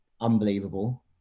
unbelievable